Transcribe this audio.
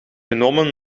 genomen